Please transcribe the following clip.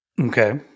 Okay